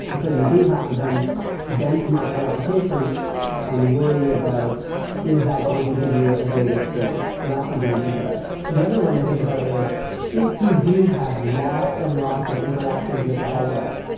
and so you do have to then benchmark your application and worry about is that going to give you a great experience? so that's something to think about the other one to think about is if you do have lots and lots of interactions with the hardware,